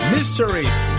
Mysteries